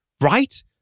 Right